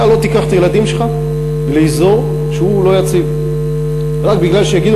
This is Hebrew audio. אתה לא תיקח את הילדים שלך לאזור שהוא לא יציב רק מפני שיגידו